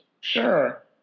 Sure